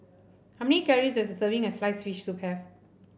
how many calories does a serving as sliced fish soup have